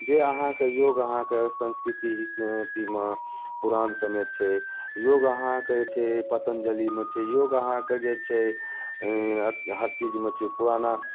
जे अहाँके योग अहाँके संस्कृतिसँ अथिमे पुराण सभमे छै योग अहाँके जे छै पतञ्जलिमे छै योग अहाँके जे छै हर चीजमे छै पुराना